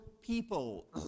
people